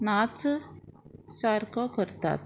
नाच सारको करतात